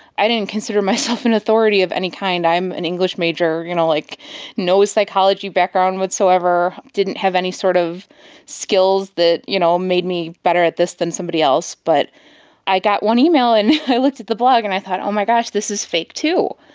i didn't consider myself an authority of any kind, i am an english major, you know like no psychology background whatsoever, didn't have any sort of skills that you know made me better at this this than somebody else. but i got one email and i looked at the blog and i thought, oh my gosh, this is fake too.